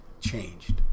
changed